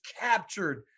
captured